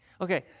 Okay